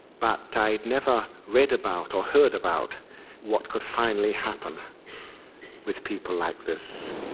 but i had never read about or heard about what could finally happen with people like this.